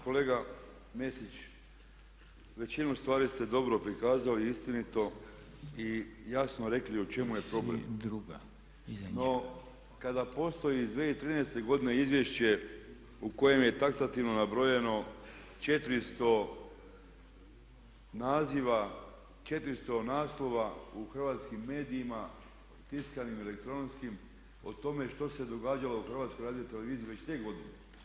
Kolega Mesić, većinu stvari ste dobro prikazali, istinito i jasno rekli u čemu je problem no kada postoji iz 2013. godine izvješće u kojem je taktativno nabrojeno 400 naziva, 400 naslova u hrvatskim medijima, tiskanim, elektronskim o tome što se događalo u HRT-u već 2 godine.